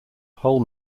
whole